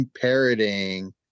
parroting